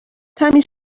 تمیز